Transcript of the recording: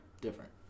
Different